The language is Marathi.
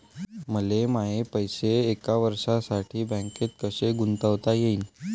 मले माये पैसे एक वर्षासाठी बँकेत कसे गुंतवता येईन?